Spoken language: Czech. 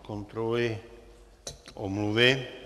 Kontroluji omluvy.